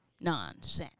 nonsense